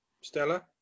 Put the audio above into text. Stella